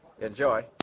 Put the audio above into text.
enjoy